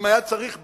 אם היה צריך במאי,